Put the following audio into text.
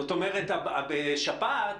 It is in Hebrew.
שפעת,